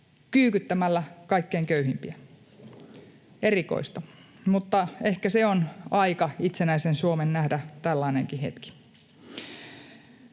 kyykyttämällä kaikkein köyhimpiä. Erikoista, mutta ehkä se on aika itsenäisen Suomen nähdä tällainenkin hetki.